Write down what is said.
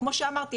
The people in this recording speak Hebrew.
כמו שאמרתי,